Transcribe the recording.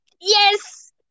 Yes